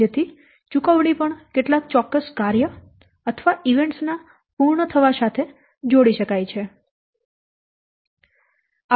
તેથી ચુકવણી પણ કેટલાક ચોક્કસ કાર્ય અથવા ઇવેન્ટ્સ ના પૂર્ણ થવા સાથે જોડી શકાય છે